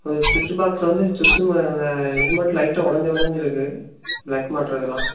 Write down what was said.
அது ஸ்விட்ச்சு பாக்ஸ் வந்து ஸ்விட்ச் இது மட்டும் லைட்டாக உடஞ்சி உடஞ்சிருக்கு ப்ளக் மாட்டுறதெல்லாம்